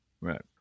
right